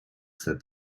said